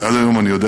עד היום אני יודע